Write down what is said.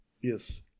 Yes